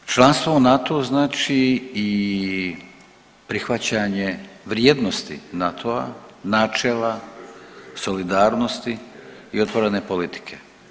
Tako da članstvo u NATO-u znači i prihvaćanje vrijednosti NATO-a, načela solidarnosti i otvorene politike.